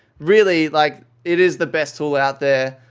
really, like it is the best tool out there